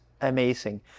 amazing